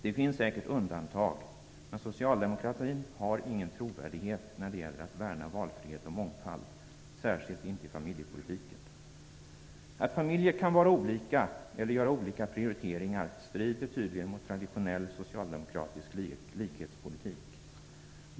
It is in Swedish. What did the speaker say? Det finns säkert undantag, men socialdemokratin har ingen trovärdighet när det gäller att värna valfrihet och mångfald, särskilt inte i familjepolitiken. Att familjer kan vara olika eller göra olika prioriteringar strider tydligen mot traditionell socialdemokratisk likhetspolitik.